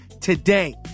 today